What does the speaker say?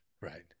Right